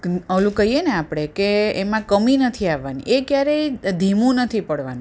ઓલું કહીએ ને આપણે કે એમાં કમી નથી આવવાની એ ક્યારેય ધીમું નથી પડવાનું